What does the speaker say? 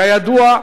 כידוע,